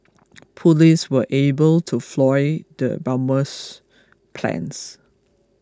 police were able to foil the bomber's plans